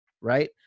right